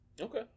Okay